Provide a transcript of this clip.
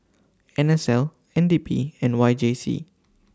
N S L N D P and Y J C